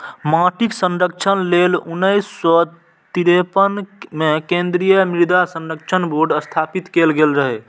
माटिक संरक्षण लेल उन्नैस सय तिरेपन मे केंद्रीय मृदा संरक्षण बोर्ड स्थापित कैल गेल रहै